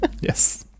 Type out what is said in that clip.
Yes